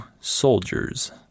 soldiers